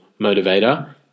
motivator